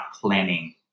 planning